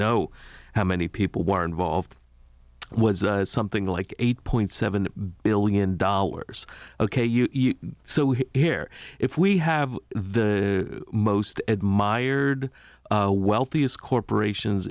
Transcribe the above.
know how many people were involved was something like eight point seven billion dollars ok so we hear if we have the most admired wealthiest corporations